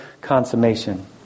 consummation